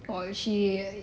oh she